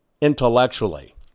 intellectually